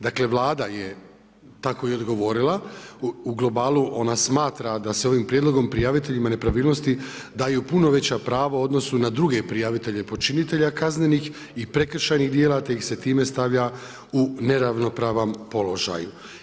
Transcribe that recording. Dakle Vlada je tako i odgovorila u globalu ona smatra da se ovim prijedlogom prijaviteljima nepravilnosti daju puno veća prava u odnosu na druge prijavitelje počinitelja kaznenih i prekršajnih djela te ih se time stavlja u neravnopravan položaj.